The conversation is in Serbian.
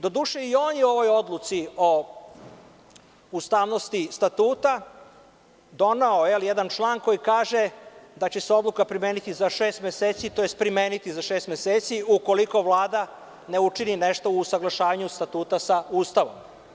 Doduše, i on je u ovoj odluci o ustavnosti Statuta doneo jedan član koji kaže da će se odluka primeniti za šest meseci tj. primeniti za šest meseci ukoliko Vlada ne učini nešto u usaglašavanju sa Ustavom.